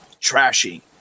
trashy